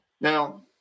Now